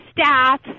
staff